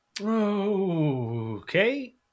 Okay